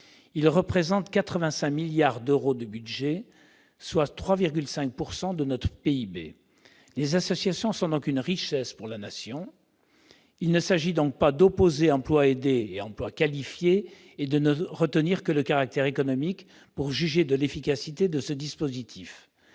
représente 85 milliards d'euros de budget, soit 3,5 % de notre PIB. On le constate, les associations sont une richesse pour la Nation. Il ne s'agit donc pas d'opposer emploi aidé et emploi qualifié et de ne retenir que le caractère économique pour juger de l'efficacité de ce dispositif.